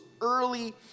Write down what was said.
early